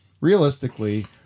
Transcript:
Realistically